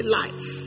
life